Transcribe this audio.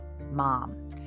mom